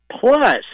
plus